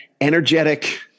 energetic